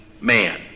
man